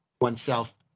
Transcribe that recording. oneself